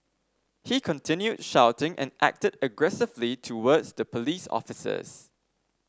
he continued shouting and acted aggressively towards the police officers